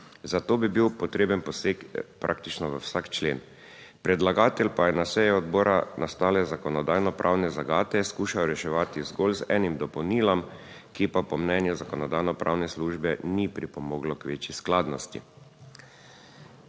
Zato bi bil potreben poseg praktično v vsak člen, predlagatelj pa je na seji odbora nastale zakonodajno-pravne zagate skušal reševati zgolj z enim dopolnilom, ki pa po mnenju Zakonodajno-pravne službe ni pripomoglo k večji skladnosti.